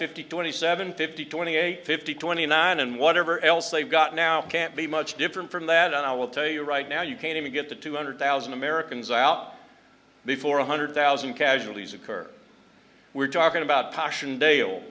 fifty twenty seven fifty twenty eight fifty twenty nine and whatever else they've got now can't be much different from that and i will tell you right now you can't even get to two hundred thousand americans out before one hundred thousand casualties occur we're talking about caution dale